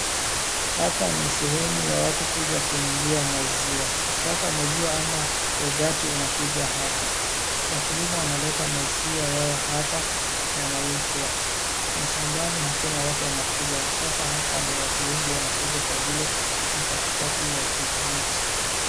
Hapa ni sehemu ya watu kuja kununua maziwa. Ukitaka maziwa ama yogati unakuja hapa. Wakulima wanaleta maziwa yao hapa yanauzwa. Mashambani hakuna watu wanakuja, sasa hapa ndio watu wengi wanakuja kwa vile ni katikati ya kijiji.